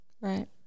Right